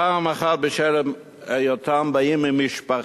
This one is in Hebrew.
פעם אחת בשל היותם ממשפחה